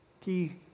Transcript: key